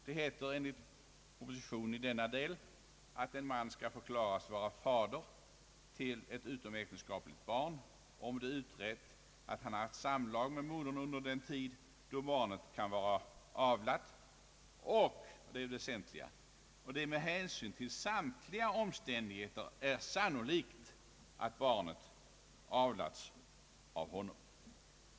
Det heter härom att en man skall förklaras vara fader till ett utomäktenskapligt barn, om det är utrett att han haft samlag med modern under den tid då barnet kan vara avlat och — vilket är det väsentliga — det med hänsyn till samtliga omständigheter är sannolikt att barnet avlats av honom.